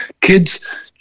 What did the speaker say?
kids